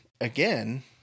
again